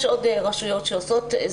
יש עוד רשויות שעושות,